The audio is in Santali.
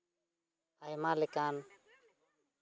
ᱟᱭᱢᱟ ᱞᱮᱠᱟᱱ